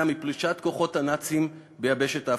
מפלישת כוחות הנאצים ביבשת אפריקה.